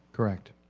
correct.